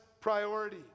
priority